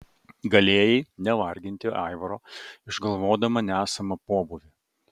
galėjai nevarginti aivaro išgalvodama nesamą pobūvį